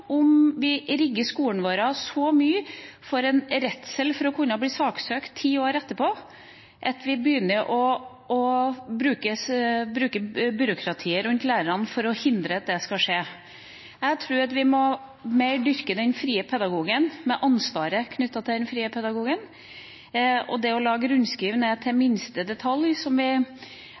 om vi rigger skolen vår så mye for en redsel for å kunne bli saksøkt ti år etterpå, at vi begynner å bruke byråkratiet rundt lærerne for å hindre at det skal skje. Jeg tror at vi mer må dyrke den frie pedagogen, med ansvaret knyttet til den frie pedagogen, heller enn å lage rundskriv ned til